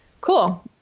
cool